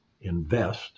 invest